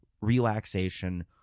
relaxation